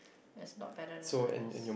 there's not better than others